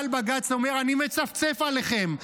אבל בג"ץ אומר: אני מצפצף עליכם,